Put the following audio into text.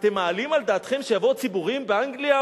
אתם מעלים על דעתכם שיבואו ציבורים באנגליה,